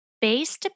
Base